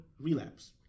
Relapse